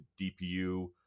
DPU